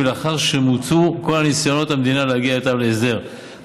ולאחר שמוצו כל ניסיונות המדינה להגיע איתם להסדר.